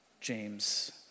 James